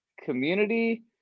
community